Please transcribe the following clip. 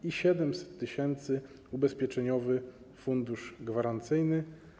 I 700 tys. - Ubezpieczeniowy Fundusz Gwarancyjny.